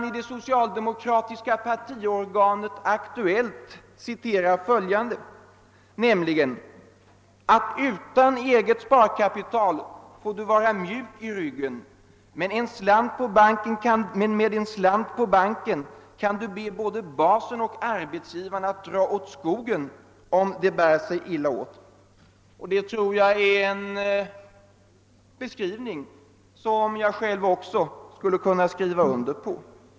I det socialdemokratiska partiorganet Aktuellt har han själv skrivit följande: >»Utan eget sparkapital får du vara mjuk i ryggen, med en slant på banken kan du be både basen och arbetsgivaren att dra åt skogen om de bär sig illa åt.« Det är en beskrivning som jag också själv skulle kunna skriva under på.